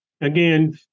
Again